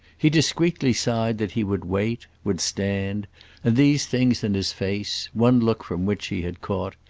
he discreetly signed that he would wait, would stand, and these things and his face, one look from which she had caught,